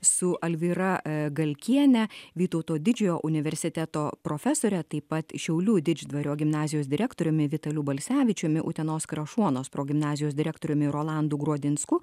su alvyra galkiene vytauto didžiojo universiteto profesore taip pat šiaulių didždvario gimnazijos direktoriumi vitaliu balsevičiumi utenos krašuonos progimnazijos direktoriumi rolandu gruodinsku